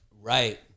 right